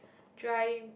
dry